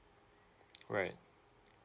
right